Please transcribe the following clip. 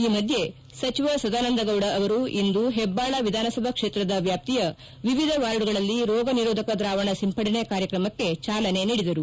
ಈ ಮಧ್ಯೆ ಸಚಿವ ಸದಾನಂದಗೌಡ ಅವರು ಇಂದು ಹೆಬ್ಬಾಳ ವಿಧಾನಸಭಾ ಕ್ಷೇತ್ರದ ವ್ಯಾಪ್ತಿಯ ವಿವಿಧ ವಾರ್ಡುಗಳಲ್ಲಿ ರೋಗನಿರೋಧಕ ದ್ರಾವಣ ಸಿಂಪಡಣೆ ಕಾರ್ಯಕ್ರಮಕ್ಕೆ ಚಾಲನೆ ನೀಡಿದರು